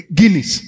Guinness